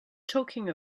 talking